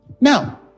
Now